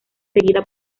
seguida